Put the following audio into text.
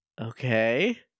Okay